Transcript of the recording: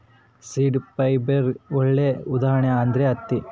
seed ಫೈಬರ್ಗೆ ಒಳ್ಳೆ ಉದಾಹರಣೆ ಅಂದ್ರೆ ಹತ್ತಿ